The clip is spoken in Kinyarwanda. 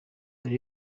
dore